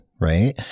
right